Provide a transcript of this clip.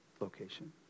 location